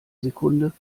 sekunde